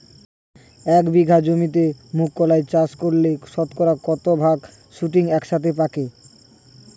এক বিঘা জমিতে মুঘ কলাই চাষ করলে শতকরা কত ভাগ শুটিং একসাথে পাকে?